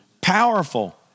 Powerful